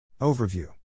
Overview